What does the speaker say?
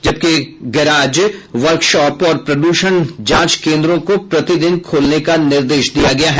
जबकि garage workshop और प्रदूषण जांच केन्द्रों को प्रतिदिन खोलने का निर्देश दिया गया है